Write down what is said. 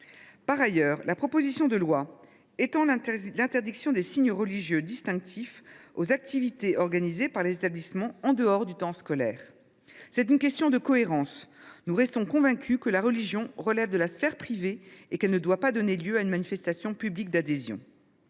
Par ailleurs, la proposition de loi étend l’interdiction des signes religieux distinctifs aux activités organisées par les établissements en dehors du temps scolaire. C’est une question de cohérence : nous restons convaincus que la religion relève de la sphère privée et qu’elle ne doit pas donner lieu à une manifestation publique d’adhésion.